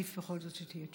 בכל זאת שתהיה תשובה.